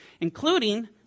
including